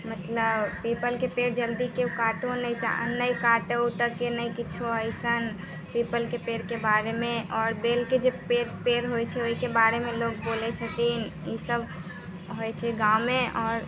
मतलब पीपलके पेड़ जल्दी किओ काटऽ नहि सकै छै आओर नहि काटै उटैके नहि किछु हइ एसन पीपलके पेड़के बारेमे आओर बेलके जे पेड़ पेड़ होइ छै ओहिके बारेमे लोग बोलै छथिन ईसब होइ छै गाँवमे आओर